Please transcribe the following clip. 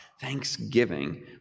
thanksgiving